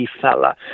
fella